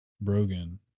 Brogan